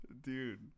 Dude